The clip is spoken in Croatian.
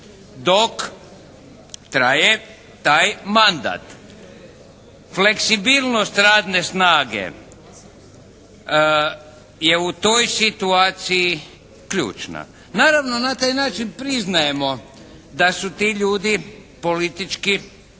dok traje taj mandat. Fleksibilnost radne snage je u toj situaciji ključna. Naravno na taj način priznajemo da su ti ljudi politički